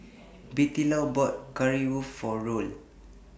Bettylou bought Currywurst For Roel